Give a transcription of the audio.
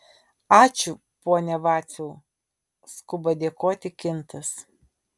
ačiū pone vaciau skuba dėkoti kintas